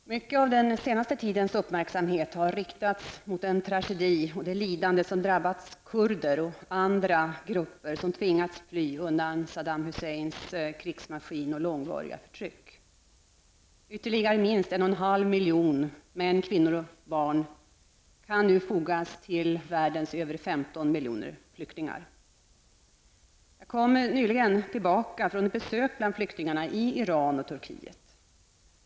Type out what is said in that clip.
Herr talman! Mycket av den senaste tidens uppmärksamhet har riktats mot den tragedi och det lidande som drabbat kurder och andra grupper som tvingats fly undan Saddam Husseins krigsmaskin och långvariga förtryck. Ytterligare minst en och en halv miljon män, kvinnor och barn kan nu fogas till världens över femton miljoner flyktingar. Jag kom nyligen tillbaka från ett besök bland flyktingarna i Iran och Turkiet.